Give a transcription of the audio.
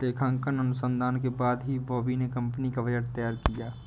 लेखांकन अनुसंधान के बाद ही बॉबी ने कंपनी का बजट तैयार किया